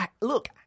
look